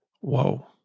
Whoa